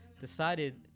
decided